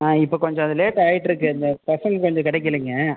இப்போ கொஞ்சம் அது லேட் ஆயிட்டிருக்குது இந்த பசங்கள் கொஞ்சம் கிடைக்கிலீங்க